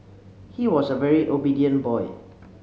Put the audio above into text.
he was a very obedient boy